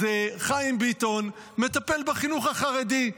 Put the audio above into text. אז חיים ביטון מטפל בחינוך החרדי,